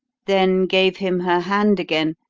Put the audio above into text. then gave him her hand again,